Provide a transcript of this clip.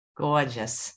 gorgeous